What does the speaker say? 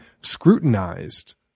scrutinized